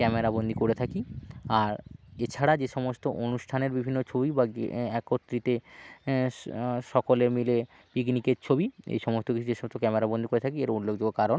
ক্যামেরাবন্দি করে থাকি আর এছাড়া যে সমস্ত অনুষ্ঠানের বিভিন্ন ছবি বা একত্রিতে সকলে মিলে পিকনিকের ছবি এই সমস্ত কিছু এ দৃশ্য ক্যামেরাবন্দি করে থাকি এর উল্লেখযোগ্য কারণ